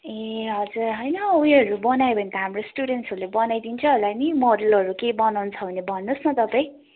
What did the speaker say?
ए हजुर होइन हो उयोहरू बनायो भने त हाम्रो स्टुडेन्ट्सहरूले बनाइदिन्छ होला नि मोडलहरू केही बनाउनु छ बने भन्नु होस् न तपाईँ